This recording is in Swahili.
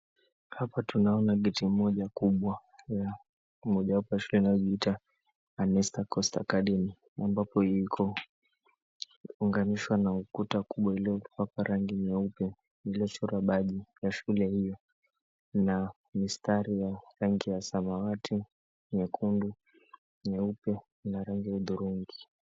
Hapa tunaona geti moja kubwa ya mojawapo ya shule inayojiita Anestar Coast Academy ambapo iko unganishwa na ukuta kubwa uliopakwa rangi nyeupe uliochorwa baji ya shule hiyo na mistari ya rangi ya samawati, nyekundu, nyeupe na rangi hudhurungi.